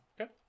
Okay